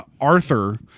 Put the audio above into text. Arthur